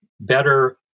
better